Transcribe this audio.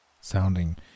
sounding